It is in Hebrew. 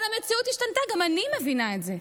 אבל המציאות השתנתה, גם אני מבינה את זה.